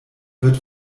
wird